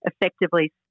effectively